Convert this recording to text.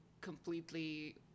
completely